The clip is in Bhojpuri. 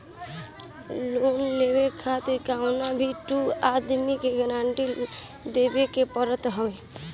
लोन लेवे खातिर कवनो भी दू आदमी के गारंटी देवे के पड़त हवे